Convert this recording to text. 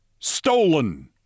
Stolen